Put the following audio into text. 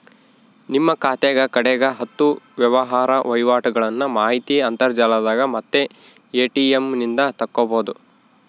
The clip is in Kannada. ನಿಮ್ಮ ಖಾತೆಗ ಕಡೆಗ ಹತ್ತು ವ್ಯವಹಾರ ವಹಿವಾಟುಗಳ್ನ ಮಾಹಿತಿ ಅಂತರ್ಜಾಲದಾಗ ಮತ್ತೆ ಎ.ಟಿ.ಎಂ ನಿಂದ ತಕ್ಕಬೊದು